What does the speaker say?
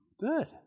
good